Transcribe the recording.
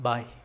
Bye